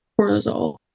cortisol